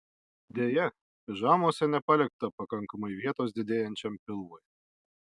deja pižamose nepalikta pakankamai vietos didėjančiam pilvui